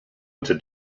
into